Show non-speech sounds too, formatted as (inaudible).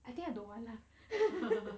I think I don't want lah (laughs)